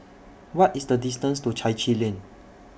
What IS The distance to Chai Chee Lane